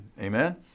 Amen